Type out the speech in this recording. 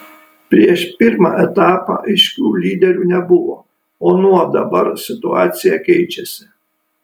prieš pirmą etapą aiškių lyderių nebuvo o nuo dabar situacija keičiasi